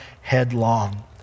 headlong